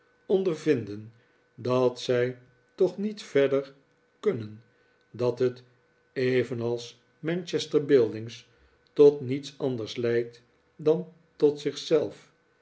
ondervinden dat zij toch niet verder kunnen dat het evenals manchester buildings tot niets anders leidt dan tot